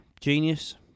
genius